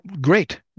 great